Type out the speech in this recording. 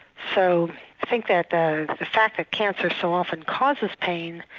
so i think that the the fact that cancer so often causes pain,